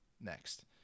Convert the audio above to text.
next